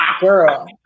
girl